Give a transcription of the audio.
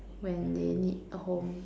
when they need a home